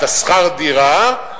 שכר הדירה,